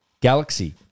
Galaxy